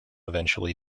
eventually